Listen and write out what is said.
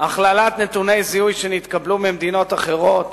הכללת נתוני זיהוי שהתקבלו ממדינות אחרות